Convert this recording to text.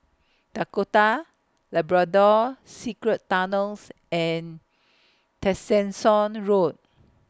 Dakota Labrador Secret Tunnels and Tessensohn Road